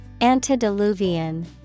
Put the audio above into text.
Antediluvian